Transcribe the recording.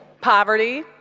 Poverty